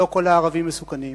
לא כל הערבים מסוכנים,